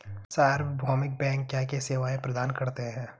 सार्वभौमिक बैंक क्या क्या सेवाएं प्रदान करते हैं?